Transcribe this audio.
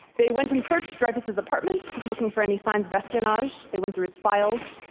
they went and searched dreyfus's apartment, looking for any signs of espionage. they went through his files,